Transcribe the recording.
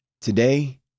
Today